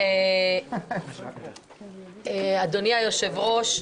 אדוני היושב-ראש,